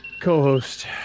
co-host